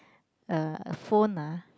uh phone ah